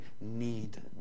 need